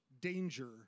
danger